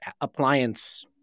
appliance